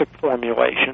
formulation